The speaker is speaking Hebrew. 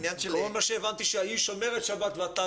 אני מתכוון על העניין --- כל מה שהבנתי זה שהיא שומרת שבת ואתה לא.